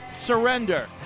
surrender